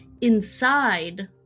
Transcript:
inside